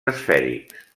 esfèrics